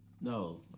No